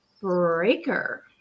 breaker